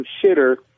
consider